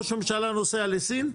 ראש הממשלה נוסע לסין,